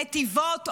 נתיבות,